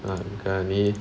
I'm curry